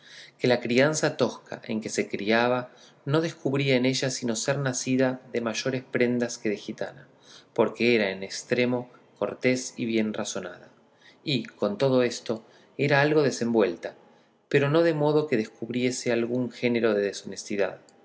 que la crianza tosca en que se criaba no descubría en ella sino ser nacida de mayores prendas que de gitana porque era en estremo cortés y bien razonada y con todo esto era algo desenvuelta pero no de modo que descubriese algún género de deshonestidad